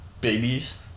babies